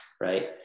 right